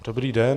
Dobrý den.